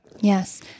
Yes